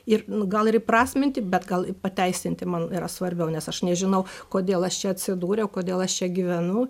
ir gal ir įprasminti bet gal pateisinti man yra svarbiau nes aš nežinau kodėl aš čia atsidūriau kodėl aš čia gyvenu